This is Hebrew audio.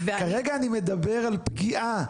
כרגע אני מדבר על פגיעה.